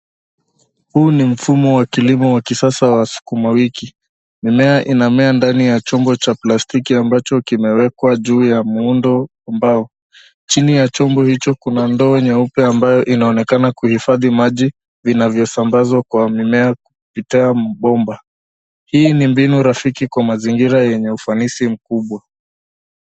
Huu ni mfumo wa kilimo wa kisasa wa sukuma wiki. Mimea inamea ndani ya chombo cha plastiki ambacho kimewekwa juu ya muundo wa mbao. Chini ya chombo hicho, kuna ndoo nyeupe ambayo inaonekana kuhifadi maji vinavyosambazwa kwa mimea kupitia mbomba. Hii ni mbinu rafiki kwa mazingira yenye ufanisi mkubwa.